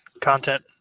content